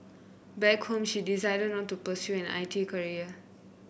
back home she decided not to pursue an I T career